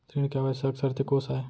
ऋण के आवश्यक शर्तें कोस आय?